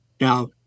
Now